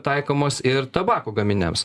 taikomas ir tabako gaminiams